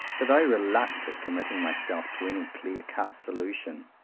that i reluct at committing my self to any clear-cut solution.